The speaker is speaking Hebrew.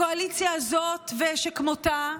הקואליציה הזאת ושכמותה,